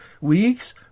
weeks